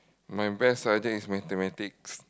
my best subject is mathematics